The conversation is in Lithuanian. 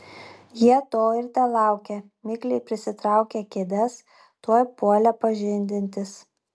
jie to ir telaukė mikliai prisitraukę kėdes tuoj puolė pažindintis